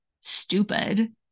stupid